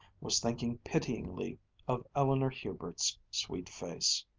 was thinking pityingly of eleanor hubert's sweet face.